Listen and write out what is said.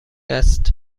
است